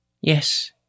yes